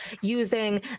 using